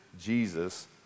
Jesus